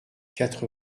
quatre